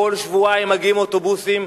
כל שבועיים מגיעים אוטובוסים,